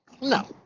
no